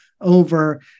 over